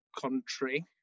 country